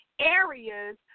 areas